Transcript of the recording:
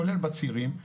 כולל בצירים,